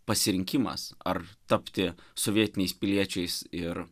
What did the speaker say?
pasirinkimas ar tapti sovietiniais piliečiais ir